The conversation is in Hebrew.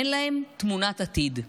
אין להם תמונת עתיד,